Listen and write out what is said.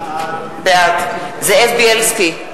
בעד זאב בילסקי,